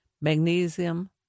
magnesium